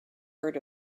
heard